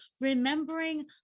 Remembering